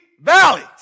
valleys